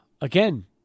again